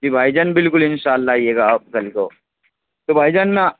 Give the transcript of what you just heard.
جی بھائی جان بالكل اِنشاء اللہ آئیے گا آپ كل کو تو بھائی جان